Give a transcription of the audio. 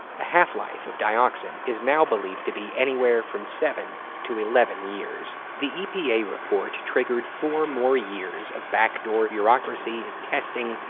the half-life of dioxin is now believed to be anywhere from seven to eleven years. the epa report triggered four more years of backdoor bureaucracy, testing,